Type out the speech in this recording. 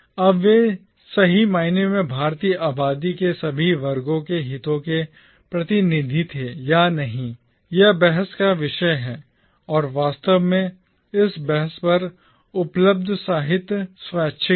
अब वे सही मायने में भारतीय आबादी के सभी वर्गों के हितों के प्रतिनिधि थे या नहीं यह बहस का विषय है और वास्तव में इस बहस पर उपलब्ध साहित्य स्वैच्छिक है